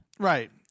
Right